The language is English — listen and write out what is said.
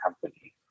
company